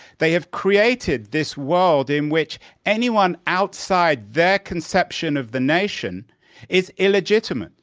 they have created this world in which anyone outside their conception of the nation is illegitimate.